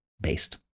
based